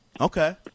Okay